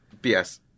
BS